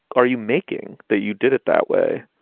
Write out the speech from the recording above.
are you making that you did it that way?